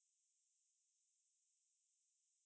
ya crab sounds good